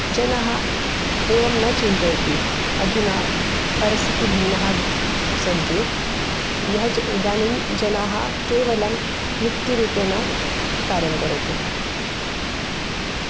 जनः एवं न चिन्तयति अधुना परस्थितिः भिन्नाः सन्ति यः ये इदानीं जनाः केवलं वृत्तिरूपेण कार्यं करोति